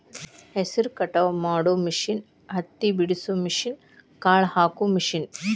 ಹೆಸರ ಕಟಾವ ಮಾಡು ಮಿಷನ್ ಹತ್ತಿ ಬಿಡಸು ಮಿಷನ್, ಕಾಳ ಹಾಕು ಮಿಷನ್